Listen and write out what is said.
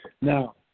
Now